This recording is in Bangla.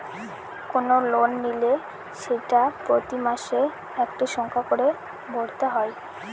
কোনো লোন নিলে সেটা প্রতি মাসে একটা সংখ্যা করে ভরতে হয়